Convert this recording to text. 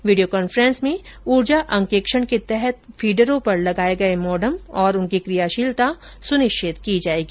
video conference में ऊर्जा अंकेक्षण के तहत फीडरों पर लगाए गए मोडम और उनकी क्रियाशीलता सुनिश्चित की जाएगी